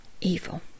evil